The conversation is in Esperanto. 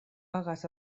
agas